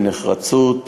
בנחרצות,